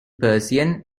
persian